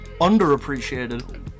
underappreciated